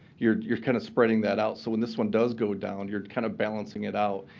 you're you're kind of spreading that out. so when this one does go down, you're kind of balancing it out.